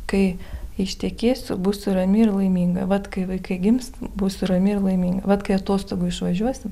kai ištekėsiu būsiu rami ir laiminga vat kai vaikai gims būsiu rami ir laiminga vat kai atostogų išvažiuosim